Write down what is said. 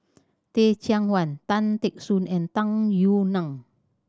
Teh Cheang Wan Tan Teck Soon and Tung Yue Nang